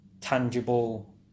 tangible